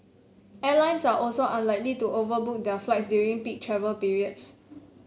airlines are also unlikely to overbook their flights during peak travel periods